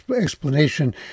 explanation